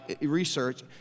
research